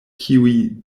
kiuj